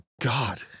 god